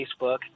Facebook